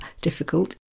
difficult